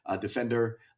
defender